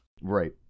Right